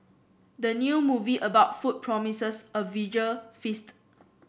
the new movie about food promises a visual feast